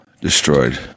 Destroyed